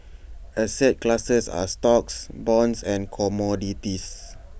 asset classes are stocks bonds and commodities